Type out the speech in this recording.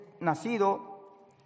nacido